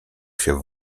się